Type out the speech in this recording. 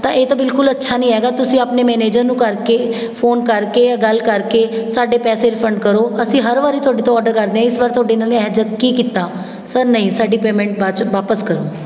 ਤਾਂ ਇਹ ਤਾਂ ਬਿਲਕੁਲ ਅੱਛਾ ਨਹੀਂ ਹੈਗਾ ਤੁਸੀਂ ਆਪਣੇ ਮੈਨੇਜਰ ਨੂੰ ਕਰਕੇ ਫੋਨ ਕਰਕੇ ਜਾਂ ਗੱਲ ਕਰਕੇ ਸਾਡੇ ਪੈਸੇ ਰਿਫੰਡ ਕਰੋ ਅਸੀਂ ਹਰ ਵਾਰੀ ਤੁਹਾਡੇ ਤੋਂ ਔਡਰ ਕਰਦੇ ਹਾਂ ਇਸ ਵਾਰ ਤੁਹਾਡੇ ਨਾਲ ਇਹੋ ਜਿਹਾ ਕੀ ਕੀਤਾ ਸਰ ਨਹੀਂ ਸਾਡੀ ਪੇਮੈਂਟ ਬਾਅਦ 'ਚ ਵਾਪਸ ਕਰੋ